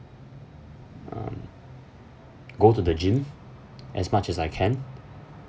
um go to the gym as much as I can